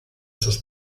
sus